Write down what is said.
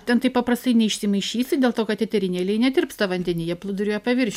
ten taip paprastai neišsimaišysi dėl to kad eteriniai aliejai netirpsta vandeny jie plūduriuoja pavirš